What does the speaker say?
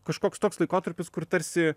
kažkoks toks laikotarpis kur tarsi